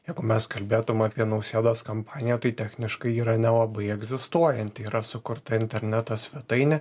jeigu mes kalbėtum apie nausėdos kampaniją tai techniškai yra nelabai egzistuojanti yra sukurta interneto svetainė